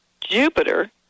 Jupiter